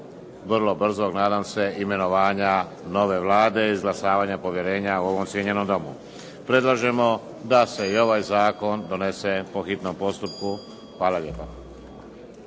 vrlo brzog, nadam se imenovanja nove Vlade i izglasavanje povjerenja u ovom cijenjenom Domu. Predlažemo da se i ovaj zakon donese po hitnom postupku. Hvala lijepa.